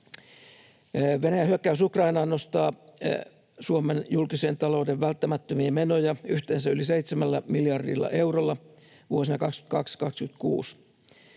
Venäjän hyökkäys Ukrainaan nostaa Suomen julkisen talouden välttämättömiä menoja yhteensä yli 7 miljardilla eurolla vuosina 22—26.